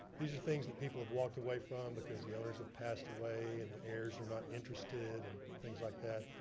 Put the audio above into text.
these are things that people have walked away from because the owners have passed away and the heirs are not interested and things like that.